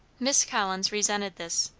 miss collins resented this.